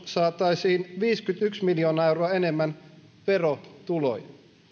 saataisiin viisikymmentäyksi miljoonaa euroa enemmän verotuloja